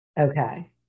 Okay